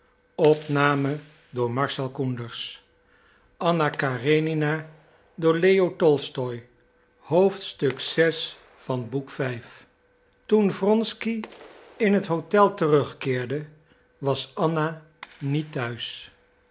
toen wronsky in het hotel terugkeerde was anna niet te huis